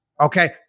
Okay